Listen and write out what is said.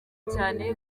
cyane